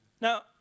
Now